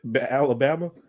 Alabama